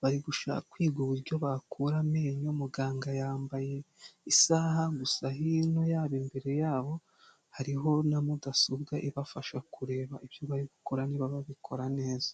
bari gushaka kwiga uburyo bakura amenyo, muganga yambaye isaha gusa hino yaba imbere yabo hariho na mudasobwa ibafasha kureba ibyo bari gukora niba babikora neza.